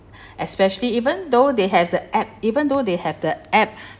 especially even though they have the app even though they have the app